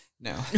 No